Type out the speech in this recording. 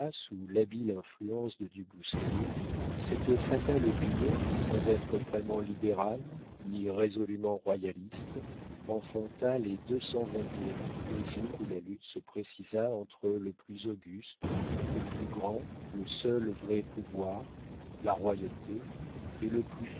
sous l'habile influence de du bousquier cette fatale opinion qui sans être vraiment libérale ni résolument royaliste enfanta les deux cent un au jour où la lutte se précisa entre le plus auguste le plus grand le seul vrai pouvoir la royauté et le plus